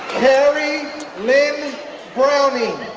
carrie lynn browning,